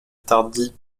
tardy